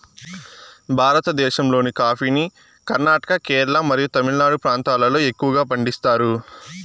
భారతదేశంలోని కాఫీని కర్ణాటక, కేరళ మరియు తమిళనాడు ప్రాంతాలలో ఎక్కువగా పండిస్తారు